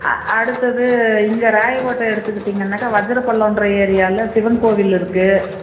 ஆ அடுத்தது இங்கே ராயக்கோட்டை எடுத்துக்கீட்டிங்கனாங்கால் வஜ்ஜிரப்பள்ளங்ற ஏரியாவில் சிவன் கோவில் இருக்குது